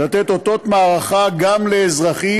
לתת אותות מערכה גם לאזרחים,